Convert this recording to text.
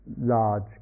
large